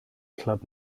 club